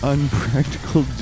Unpractical